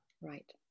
right